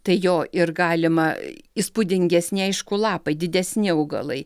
tai jo ir galima įspūdingesni aišku lapai didesni augalai